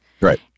Right